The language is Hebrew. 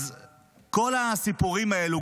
אז כל הסיפורים האלו,